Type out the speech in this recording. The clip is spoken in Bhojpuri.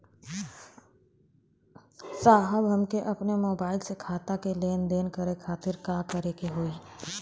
साहब हमके अपने मोबाइल से खाता के लेनदेन करे खातिर का करे के होई?